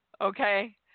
Okay